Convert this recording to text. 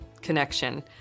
connection